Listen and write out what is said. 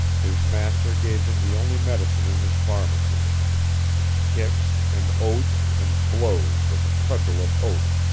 his master gave him the only medicine in his pharmacy kicks and oaths and blows with a cudgel of oak,